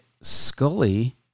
Scully